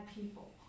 people